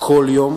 כל יום.